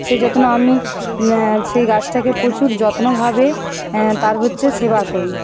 সে যত্ন আমি সেই গাছটাকে প্রচুর যত্নভাবে তার হচ্ছে সেবা করি